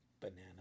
banana